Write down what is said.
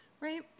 right